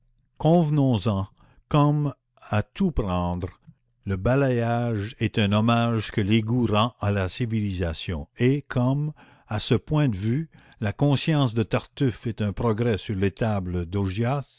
convenons en comme à tout prendre le balayage est un hommage que l'égout rend à la civilisation et comme à ce point de vue la conscience de tartuffe est un progrès sur l'étable